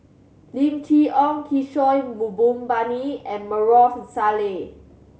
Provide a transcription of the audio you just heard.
Lim Chee Onn Kishore Mahbubani and Maarof Salleh